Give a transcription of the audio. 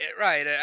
Right